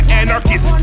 anarchist